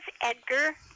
Edgar